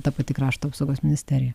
ta pati krašto apsaugos ministerija